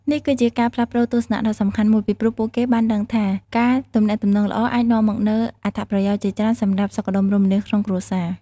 នេះគឺជាការផ្លាស់ប្តូរទស្សនៈដ៏សំខាន់មួយ ពីព្រោះពួកគេបានដឹងថា ការទំនាក់ទំនងល្អអាចនាំមកនូវអត្ថប្រយោជន៍ជាច្រើនសម្រាប់សុខដុមរមនាក្នុងគ្រួសារ។